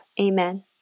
Amen